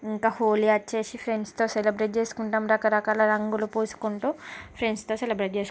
ఇంకా హోలీ వచ్చి ఫ్రెండ్స్తో సెలెబ్రేట్ చేసుకుంటాము రకరకాల రంగులు పూసుకుంటు ఫ్రెండ్స్తో సెలెబ్రేట్ చేసుకు